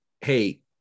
hey